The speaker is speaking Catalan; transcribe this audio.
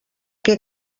què